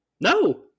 No